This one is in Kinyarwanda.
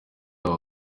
abo